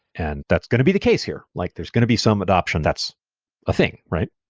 and that's going to be the case here. like there's going to be some adaption that's a thing, right?